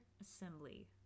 assembly